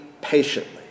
patiently